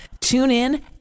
TuneIn